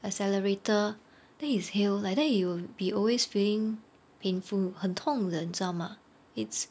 accelerator then his heel like that he will be always feeling painful 很痛的你知道 mah it's